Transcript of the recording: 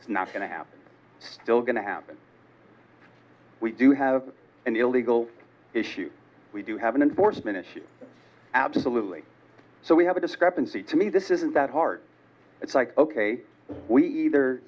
just not going to have still going to happen we do have an illegal issue we do have an enforcement issue absolutely so we have a discrepancy to me this isn't that hard it's like ok we either